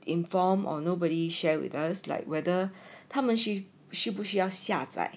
inform or nobody share with us like whether 他们需需不需要下载